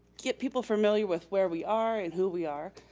get people familiar with where we are and who we are.